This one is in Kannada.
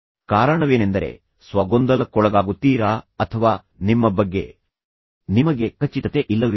ಕಾರಣವೇನೆಂದರೆ ಸ್ವಗೊಂದಲಕ್ಕೊಳಗಾಗುತ್ತೀರಾ ಅಥವಾ ನಿಮ್ಮ ಬಗ್ಗೆ ನಿಮಗೆ ಖಚಿತತೆ ಇಲ್ಲವೇ